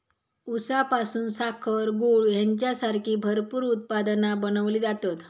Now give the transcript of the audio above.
ऊसापासून साखर, गूळ हेंच्यासारखी भरपूर उत्पादना बनवली जातत